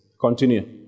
Continue